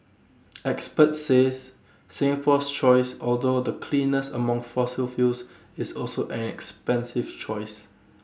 experts says Singapore's choice although the cleanest among fossil fuels is also an expensive choice